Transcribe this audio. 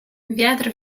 wiatr